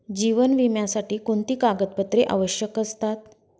जीवन विम्यासाठी कोणती कागदपत्रे आवश्यक असतात?